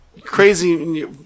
Crazy